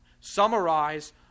summarize